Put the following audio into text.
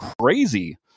crazy